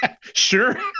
sure